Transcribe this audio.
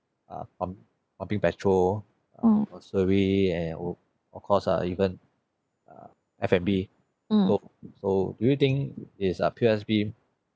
uh um pumping petrol grocery and oh of course uh even uh F&B so so do you think is uh P_O_S_B